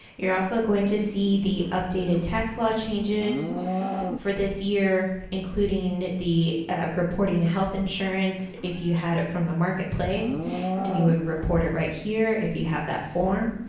you're also going to see the updated tax law changes for this year, including the reporting health insurance, if you had it from the marketplace then you would report it right here if you have that form,